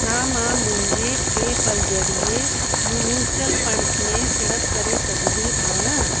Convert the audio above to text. छा मां मुंहिंजे पे पल ज़रिए मू म्यूचुअल फ़ंड्स में सिड़प करे सघंदी आहियां